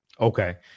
Okay